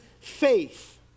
faith